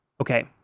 Okay